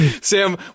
Sam